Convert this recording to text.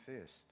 first